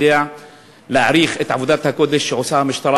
יודע להעריך את עבודת הקודש שעושה המשטרה,